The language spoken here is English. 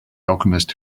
alchemist